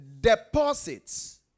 Deposits